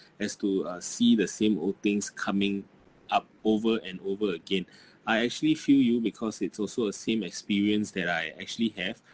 as to uh see the same old things coming up over and over again I actually feel you because it's also a same experience that I actually have